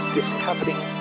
discovering